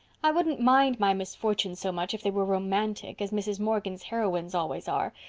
i wouldn't mind my misfortunes so much if they were romantic, as mrs. morgan's heroines' always are,